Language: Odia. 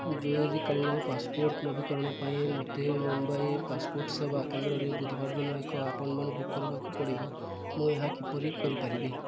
ଜରୁରୀକାଳୀନ ପାସପୋର୍ଟ୍ ନବୀକରଣ ପାଇଁ ମୋତେ ମୁମ୍ବାଇ ପାସପୋର୍ଟ୍ ସେବା କେନ୍ଦ୍ରରେ ବୁଧବାର ଦିନ ଏକ ଆପଏଣ୍ଟ୍ମେଣ୍ଟ୍ ବୁକ୍ କରିବାକୁ ପଡ଼ିବ ମୁଁ ଏହା କିପରି କରିପାରିବି